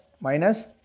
minus